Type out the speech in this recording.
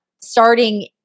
starting